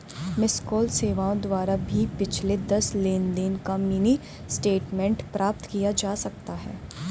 miss call सेवाओं द्वारा भी पिछले दस लेनदेन का मिनी स्टेटमेंट प्राप्त किया जा सकता है